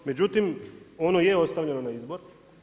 Međutim, ono je ostavljeno na izbor.